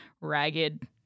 ragged